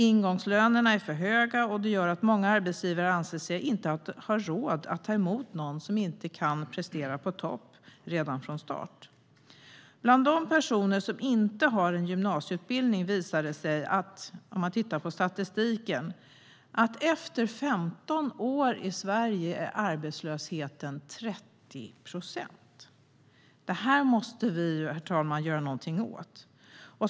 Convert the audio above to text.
Ingångslönerna är för höga, och det gör att många arbetsgivare inte anser sig ha råd att ta emot någon som inte kan prestera på topp redan från start. Bland de personer som inte har en gymnasieutbildning visar det sig om man tittar på statistiken att arbetslösheten efter 15 år i Sverige är 30 procent. Detta, herr talman, måste vi göra något åt.